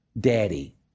Daddy